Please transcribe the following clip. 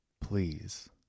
Please